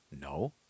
No